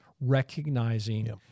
recognizing—